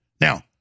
Now